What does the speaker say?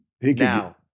Now